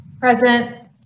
Present